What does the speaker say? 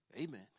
Amen